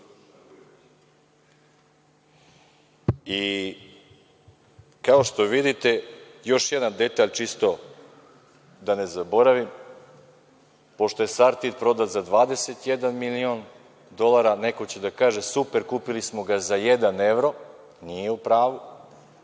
što vidite, još jedan detalj, čisto da ne zaboravim, pošto je „Sartid“ prodat za 21 milion dolara, neko će da kaže – super, kupili smo ga za jedan evro, nije u pravu.